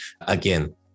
Again